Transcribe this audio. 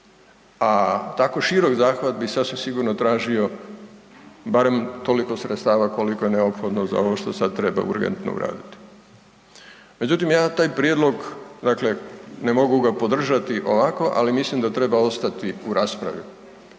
A tako širok zahvat bi sasvim sigurno tražio barem toliko sredstava koliko je neophodno za ovo što sad treba urgentno uraditi. Međutim, ja taj prijedlog, dakle, ne mogu ga podržati ovako, ali mislim da treba ostati u raspravi